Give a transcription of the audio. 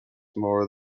more